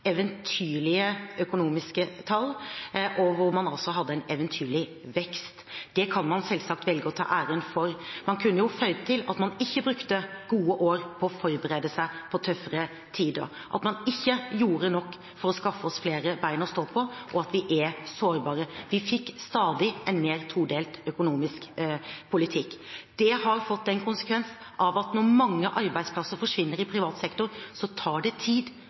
eventyrlige investeringer i oljesektoren, eventyrlige økonomiske tall, man hadde altså en eventyrlig vekst. Det kan man selvsagt velge å ta æren for. Man kunne jo føyd til at man ikke brukte gode år på å forberede seg på tøffere tider, at man ikke gjorde nok for å skaffe oss flere bein å stå på, og at vi er sårbare. Vi fikk en stadig mer todelt økonomisk politikk. Det har fått den konsekvens at når mange arbeidsplasser forsvinner i privat sektor, tar det tid